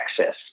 access